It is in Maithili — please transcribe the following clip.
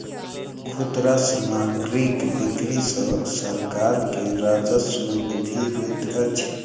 खुदरा सामग्रीक बिक्री सॅ सरकार के राजस्व मे वृद्धि होइत अछि